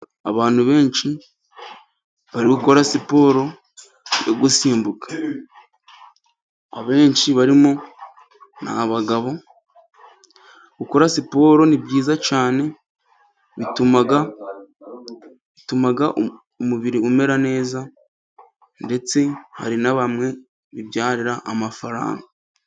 Abantu benshi bari gukora siporo yo gusimbuka ,abenshi barimo ni abagabo. Gukora siporo ni byiza cyane, bituma bituma umubiri umera neza, ndetse hari na bamwe bibyarira amafaranga.